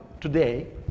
today